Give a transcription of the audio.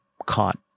Caught